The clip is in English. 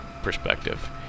perspective